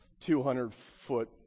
200-foot